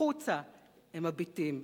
החוצה הם מביטים,